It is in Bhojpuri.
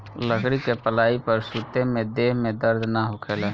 लकड़ी के पलाई पर सुते से देह में दर्द ना होखेला